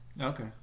Okay